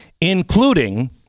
including